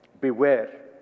Beware